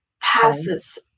passes